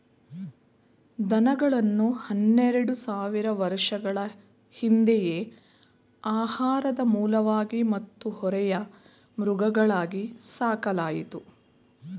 ದನಗಳನ್ನು ಹನ್ನೆರೆಡು ಸಾವಿರ ವರ್ಷಗಳ ಹಿಂದೆಯೇ ಆಹಾರದ ಮೂಲವಾಗಿ ಮತ್ತು ಹೊರೆಯ ಮೃಗಗಳಾಗಿ ಸಾಕಲಾಯಿತು